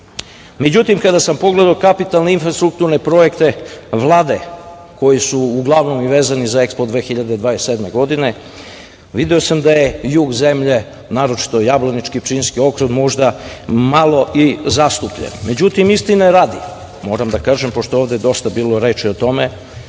kada sam pogledao kapitalne infrastrukturne projekte Vlade koji su uglavnom vezani za EKSPO 2027. godine, video sam da je jug zemlje, naročito Jablanačko Pčinjski okrug, možda malo i zastupljen. Međutim, istine radi, moram da kažem pošto je ovde dosta bilo reči o tome,